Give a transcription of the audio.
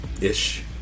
Ish